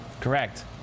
Correct